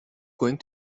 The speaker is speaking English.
going